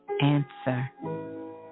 Answer